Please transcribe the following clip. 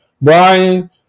Brian